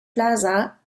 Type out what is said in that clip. plaza